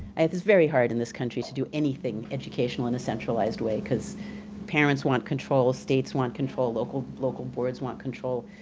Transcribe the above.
and it's it's very hard in this country to do anything educational in a centralized way, because parents want control, states want control, local local boards want control.